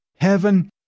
heaven